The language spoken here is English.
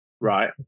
right